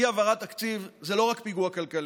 אי-העברת תקציב זה לא רק פיגוע כלכלי.